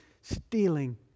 stealing